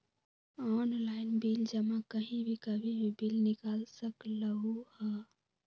Online bill जमा कहीं भी कभी भी बिल निकाल सकलहु ह?